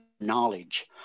Knowledge